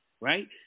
Right